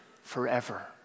Forever